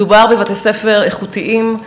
מדובר בבתי-ספר איכותיים,